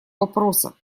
вопроса